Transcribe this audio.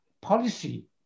policy